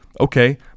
Okay